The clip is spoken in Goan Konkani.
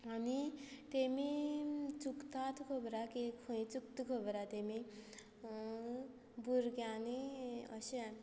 आनी तीं चुकतात खबर आसा की खंय चुकता खबर आसा तीं भुरग्यांनी अशें